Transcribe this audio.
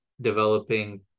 developing